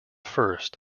first